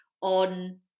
on